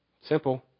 simple